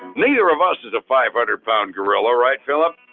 neither of us is a five hundred pound gorilla, right phillip?